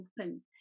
open